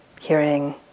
hearing